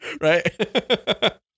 Right